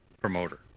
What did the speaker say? promoter